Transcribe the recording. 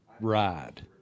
ride